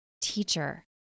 teacher